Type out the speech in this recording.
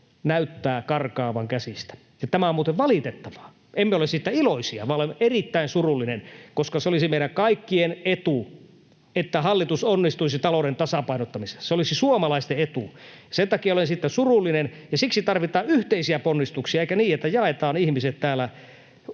näyttää karkaavan käsistä. Ja tämä on muuten valitettavaa. Emme ole siitä iloisia, vaan olen erittäin surullinen, koska se olisi meidän kaikkien etu, että hallitus onnistuisi talouden tasapainottamisessa. Se olisi suomalaisten etu. Sen takia olen siitä surullinen, ja siksi tarvitaan yhteisiä ponnistuksia, eikä niin, että jaetaan ihmiset täällä